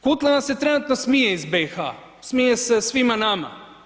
Kutle vam se trenutno smije iz BiH, smije se svima nama.